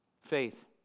Faith